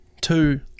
two